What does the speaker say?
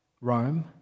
Rome